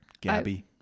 Gabby